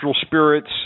spirits